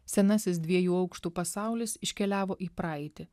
senasis dviejų aukštų pasaulis iškeliavo į praeitį